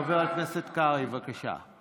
חבר הכנסת קרעי, בבקשה.